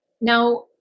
Now